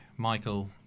Michael